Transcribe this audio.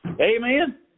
Amen